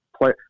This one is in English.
play